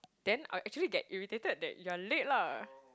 then I'll actually get irritated that you're late lah